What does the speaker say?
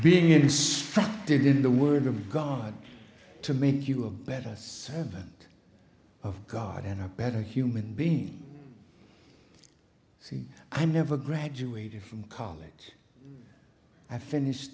being instructed in the word of god to make you look better servant of god in a better human being see i never graduated from college i finish